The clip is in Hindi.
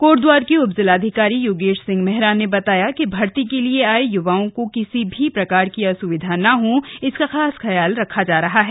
कोटद्वार के उप जिलाधिकारी योगेश सिंह मेहरा ने बताया कि भर्ती के लिए आये युवाओं को किसी भी प्रकार की असुविधा न हो इसका खास ध्यान रखा जा रहा है